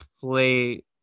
play